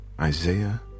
Isaiah